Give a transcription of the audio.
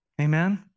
Amen